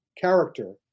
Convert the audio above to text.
character